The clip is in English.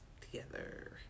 together